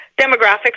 demographics